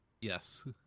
Yes